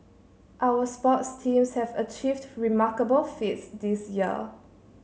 our sports teams have achieved remarkable feats this year